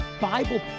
Bible